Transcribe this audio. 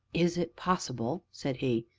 is it possible? said he,